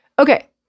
Okay